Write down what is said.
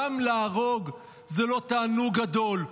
גם להרוג זה לא תענוג גדול,